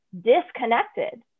disconnected